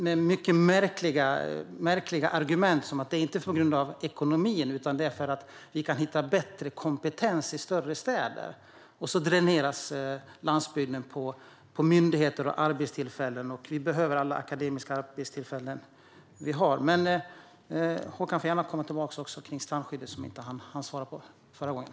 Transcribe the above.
Det är mycket märkliga argument, till exempel att det inte är på grund av ekonomin utan att det är för att myndigheterna kan hitta bättre kompetens i större städer. Sedan dräneras landsbygden på myndigheter och arbetstillfällen. Vi behöver alla arbetstillfällen som finns för akademiker. Håkan får gärna komma tillbaka till frågan om strandskyddet.